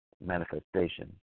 manifestation